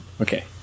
Okay